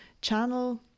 channel